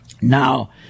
now